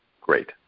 great